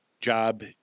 job